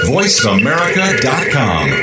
VoiceAmerica.com